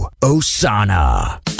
Osana